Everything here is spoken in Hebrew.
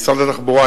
משרד התחבורה,